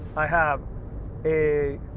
i have a